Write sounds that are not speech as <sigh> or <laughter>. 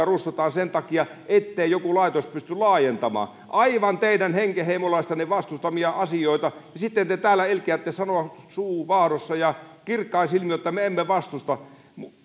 <unintelligible> rustataan ettei joku laitos pysty laajentamaan aivan teidän hengenheimolaistenne vastustamia asioita ja sitten te täällä ilkeätte sanoa suu vaahdossa ja kirkkain silmin että me emme vastusta